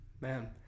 Man